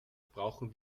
brauchen